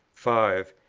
five.